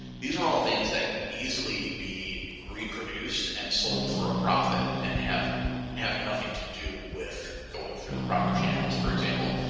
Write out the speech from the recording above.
these are all things that could easily be reproduced and sold for a profit and having nothing to do with going through the proper channels. for example,